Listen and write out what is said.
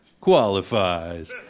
Qualifies